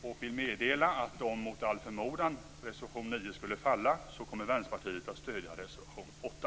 Och jag vill meddela att om reservation 9, mot all förmodan, skulle falla kommer Vänsterpartiet att stödja reservation 8.